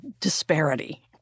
disparity